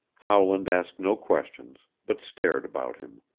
howland asked no questions, but stared about him.